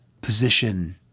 position